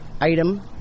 item